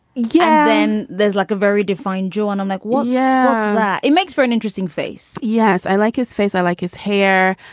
yeah. and there's like a very defined joan on like one. yeah. it makes for an interesting face. yes. i like his face. i like his hair.